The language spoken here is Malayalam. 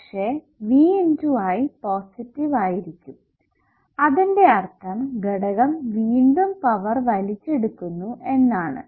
പക്ഷെ V × I പോസിറ്റീവ് ആയിരിക്കും അതിന്റെ അർത്ഥം ഘടകം വീണ്ടും പവർ വലിച്ചെടുക്കുന്നു എന്നാണ്